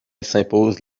s’impose